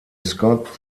scott